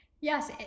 Yes